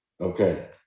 Okay